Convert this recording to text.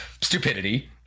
stupidity